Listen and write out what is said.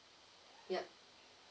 yup